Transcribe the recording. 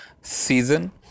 season